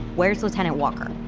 where's lieutenant walker?